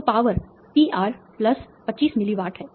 तो power PR 25 milliwatt है